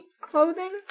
clothing